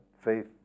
faith